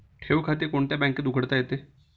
ठेव खाते कोणत्या बँकेत उघडता येते?